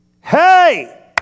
Hey